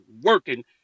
working